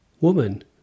Woman